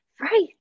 right